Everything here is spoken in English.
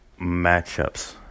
matchups